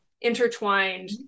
intertwined